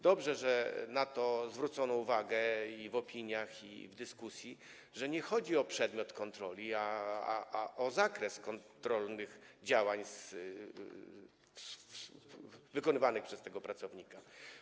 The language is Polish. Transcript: Dobrze, że na to zwrócono uwagę i w opiniach, i w dyskusji, że nie chodzi o przedmiot kontroli, ale o zakres działań kontrolnych wykonywanych przez tego pracownika.